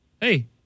hey